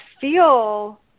feel